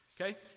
Okay